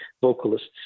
vocalists